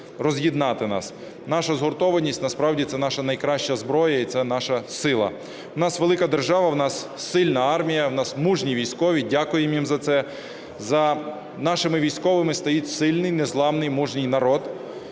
роз'єднати нас. Наша згуртованість насправді – це наша найкраща зброя і це наша сила. У нас велика держава, у нас сильна армія, у нас мужні військові, дякуємо їм за це. За нашими військовими стоїть сильний, незламний, мужній народ